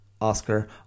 Oscar